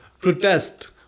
protest